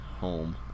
home